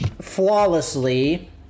flawlessly